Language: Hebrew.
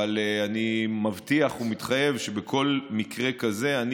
אבל אני מבטיח ומתחייב שבכל מקרה כזה אני